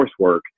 coursework